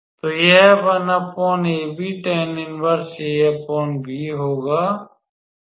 तो यह होगा